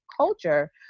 culture